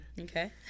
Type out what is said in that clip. Okay